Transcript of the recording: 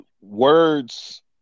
words